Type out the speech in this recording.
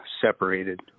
separated